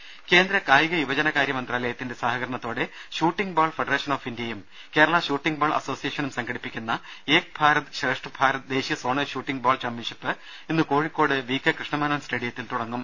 ദേദ കേന്ദ്ര കായിക യുവജന കാര്യ മന്ത്രാലയത്തിന്റെ സഹകരണ ത്തോടെ ഷൂട്ടിംഗ് ബാൾ ഫെഡറേഷൻ ഓഫ് ഇന്ത്യയും കേരള ഷൂട്ടിംഗ് ബാൾ അസോസിയേഷനും സംഘടിപ്പിക്കുന്ന ഏക്ഭാരത് ശ്രേഷ്ഠ് ഭാരത് ദേശീയ സോണൽ ഷൂട്ടിംഗ് ബാൾ ചാംപ്യൻഷിപ്പ് ഇന്ന് കോഴിക്കോട് വി കെ കൃഷ്ണമേനോൻ സ്റ്റേഡിയത്തിൽ തുടങ്ങും